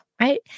right